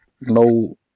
no